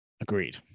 Agreed